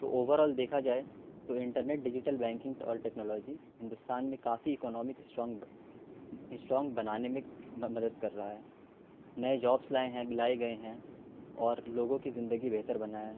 تو overall دیکھا جائے تو انٹرنیٹ ڈیجیٹل بینکنگ اور ٹیکنالوجی ہندوستان میں کافی اکنامک اسٹرانگ اسٹرانگ بنانے میں مدد کر رہا ہے نئے جابس لائے ہیں لائے گئے ہیں اور لوگوں کی زندگی بہتر بنایا ہے